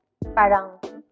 parang